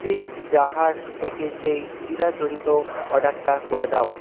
Pizza Hut থেকে সেই চিরাচরিত অর্ডারটা করে দাও